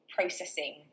processing